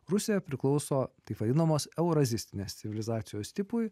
rusija priklauso taip vadinamos eurazistinės civilizacijos tipui